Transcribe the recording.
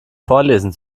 vorlesen